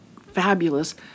fabulous